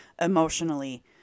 emotionally